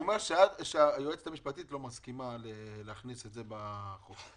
אמר שהיועצת המשפטית לא מסכימה להכניס את זה בחוק.